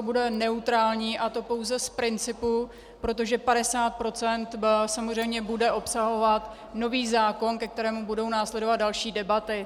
Budeme neutrální, a to pouze z principu, protože 50 % samozřejmě bude obsahovat nový zákon, ke kterému budou následovat další debaty.